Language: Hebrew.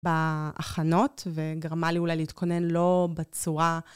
בהכנות, וגרמה לי אולי להתכונן לא בצורה...